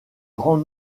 grand